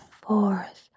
forth